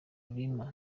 lima